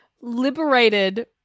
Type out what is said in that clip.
liberated